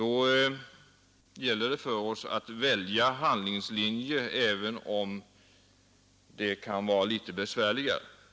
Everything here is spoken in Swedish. Då gäller det för oss att välja handlingslinje, även om det kan vara litet besvärligt.